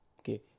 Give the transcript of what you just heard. Okay